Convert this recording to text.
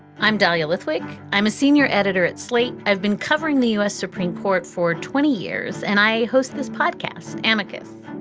i'm dahlia lithwick. i'm a senior editor at slate. i've been covering the u s. supreme court for twenty years and i host this podcast, amicus.